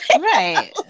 Right